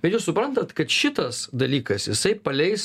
bet jūs suprantat kad šitas dalykas jisai paleis